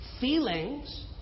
feelings